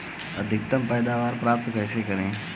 अधिकतम पैदावार प्राप्त कैसे करें?